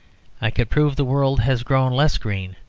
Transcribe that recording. i could prove the world has grown less green.